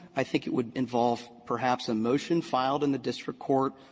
i think it would involve, perhaps, a motion filed in the district court.